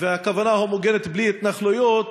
והכוונה הומוגנית, בלי התנחלויות,